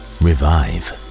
Revive